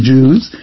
Jews